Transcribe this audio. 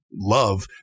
love